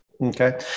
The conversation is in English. okay